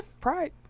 Pride